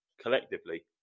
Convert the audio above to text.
collectively